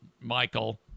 Michael